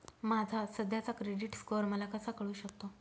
माझा सध्याचा credit score मला कसा कळू शकतो?